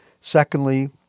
Secondly